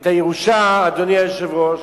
בירושה, אדוני היושב-ראש,